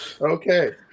okay